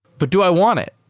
but do i want it?